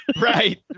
Right